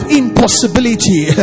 impossibility